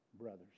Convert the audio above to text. brothers